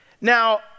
Now